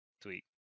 tweet